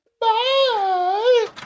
Bye